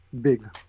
big